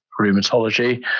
rheumatology